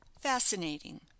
Fascinating